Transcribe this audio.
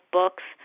books